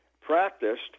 practiced